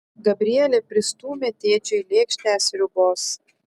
gabrielė pristūmė tėčiui lėkštę sriubos